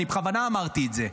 אני בכוונה אמרתי את זה.